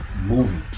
movie